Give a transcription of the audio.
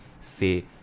say